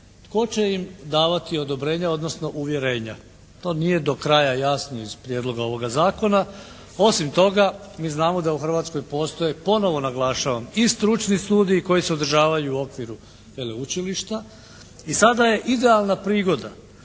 tko će im davati odobrenja odnosno uvjerenja. To nije do kraja jasno iz prijedloga ovoga zakona. Osim toga, mi znamo da u Hrvatskoj postoji ponovo naglašavam i stručni studiji koji se održavaju u okviru veleučilišta i sada je idealna prigoda